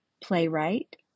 playwright